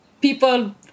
people